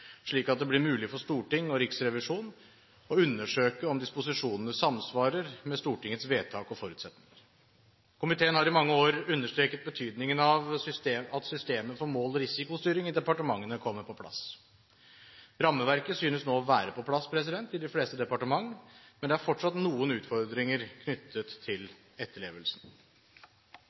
slik at det blir mulig for storting og riksrevisjon å undersøke om disposisjonene samsvarer med Stortingets vedtak og forutsetninger. Komiteen har i mange år understreket betydningen av at systemet for mål og risikostyring i departementene kommer på plass. Rammeverket synes nå å være på plass i de fleste departement, men det er fortsatt noen utfordringer knyttet til etterlevelsen.